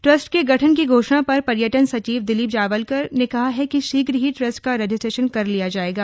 trust के गठन की घोषणा पर पर्यटन सचिव दिलीप जावलकर ने कहा कि शीघ्र ही ट्रस्ट का रजिस्ट्रेशन कर लिया जाएगा